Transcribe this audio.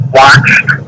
watched